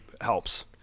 helps